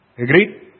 Agreed